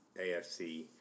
AFC